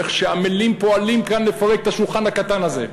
איך הפועלים עמלים כאן לפרק את השולחן הקטן הזה.